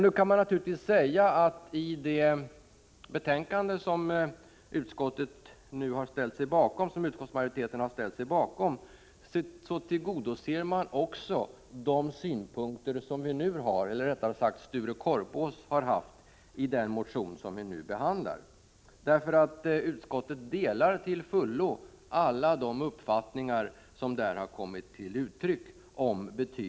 Nu kan man naturligtvis säga att i det betänkande som utskottsmajoriteten har ställt sig bakom tillgodoses också de synpunkter som Sture Korpås har fört fram i sin motion. Utskottet delar till fullo alla de uppfattningar som där har kommit till uttryck.